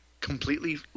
completely